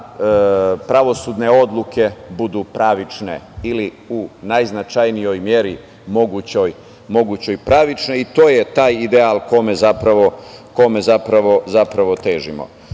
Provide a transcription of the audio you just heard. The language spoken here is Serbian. pravosudne odluke budu pravične ili u najznačajnijoj meri mogućoj pravične. I to je taj ideal kome zapravo težimo. Svakako